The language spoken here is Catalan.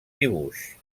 dibuix